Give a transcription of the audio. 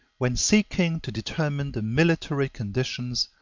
when seeking to determine the military conditions,